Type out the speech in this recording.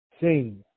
sing